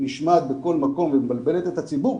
נשמעת בכל מקום ומבלבלת את הציבור,